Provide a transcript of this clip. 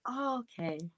okay